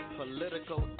political